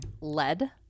Lead